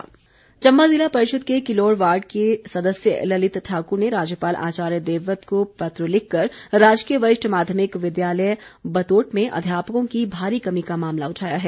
पत्र चम्बा ज़िला परिषद के किलोड़ वॉर्ड के सदस्य ललित ठाकुर ने राज्यपाल आचार्य देवव्रत को पत्र लिखकर राजकीय वरिष्ठ माध्यमिक विद्यालय बतोट में अध्यापकों की भारी कमी का मामला उठाया है